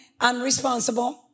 unresponsible